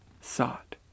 sought